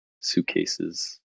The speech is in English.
suitcases